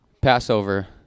Passover